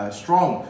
strong